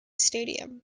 stadium